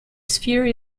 sphere